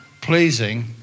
pleasing